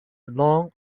long